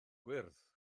gwyrdd